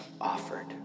offered